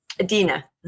Adina